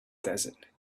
desert